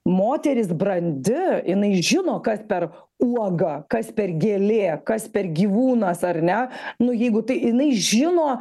moteris brandi jinai žino kas per uoga kas per gėlė kas per gyvūnas ar ne nu jeigu tai jinai žino